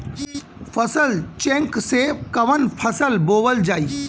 फसल चेकं से कवन फसल बोवल जाई?